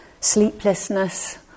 sleeplessness